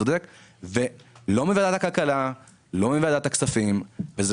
אבל אני לא מקבל תשובה מוועדת הכלכלה ומוועדת הכספים.